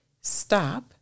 stop